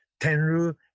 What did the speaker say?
Tenru